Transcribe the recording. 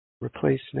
Replace